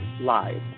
live